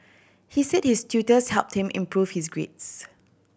he said his tutors helped him improve his grades